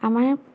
আমাৰ